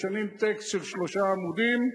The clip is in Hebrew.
משנים טקסט של שלושה עמודים,